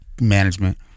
Management